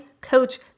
Coach